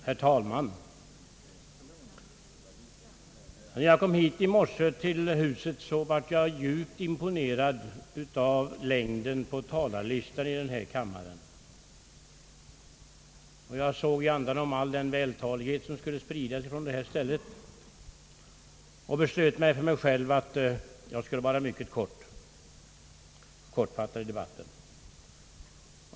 Herr talman! När jag i morse kom hit var jag djupt imponerad av längden på talarlistan i denna kammare. Jag såg i andanom all den vältalighet som skulle spridas härifrån och beslöt själv att bli mycket kortfattad i debatten.